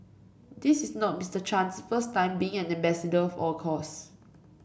this is not Mister Chan's first time being an ambassador for a cause